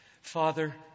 Father